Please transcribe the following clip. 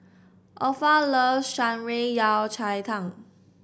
Opha loves Shan Rui Yao Cai Tang